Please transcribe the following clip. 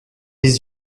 les